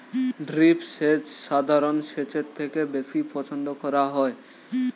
drip সেচ সাধারণ সেচের থেকে বেশি পছন্দ করা হয়